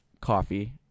coffee